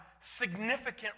significant